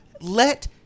let